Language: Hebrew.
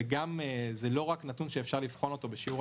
וזה לא רק נתון שאפשר לבחון בשיעור